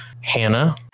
Hannah